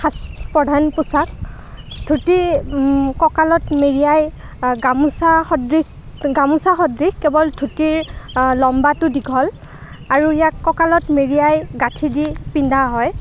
সাজ প্ৰধান পোচাক ধুতি কঁকালত মেৰিয়াই গামোচা সদৃশ গামোচা সদৃশ কেৱল ধুতিৰ লম্বাটো দীঘল আৰু ইয়াক কঁকালত মেৰিয়াই গাঁঠি দি পিন্ধা হয়